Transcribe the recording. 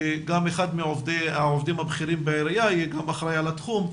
שגם אחד מהעובדים הבכירים בעירייה יהיה גם אחראי על התחום.